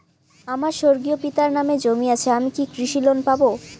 আমার স্বর্গীয় পিতার নামে জমি আছে আমি কি কৃষি লোন পাব?